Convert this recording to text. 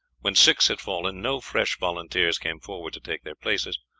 when six had fallen no fresh volunteers came forward to take their places,